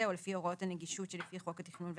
או לפי הוראות הנגישות שלפי חוק התכנון והבנייה,